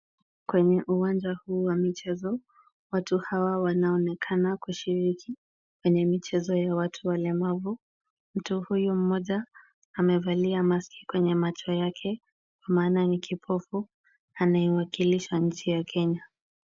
Kwenye uwanja huu wa michezo, watu hawa wanaonekana kushiriki kwenye michezo ya watu walemavu. Mtu huyu mmoja amevalia maski kwenye macho yake kwa maana ni kipofu, anaiwakilisha nchi ya Kenya.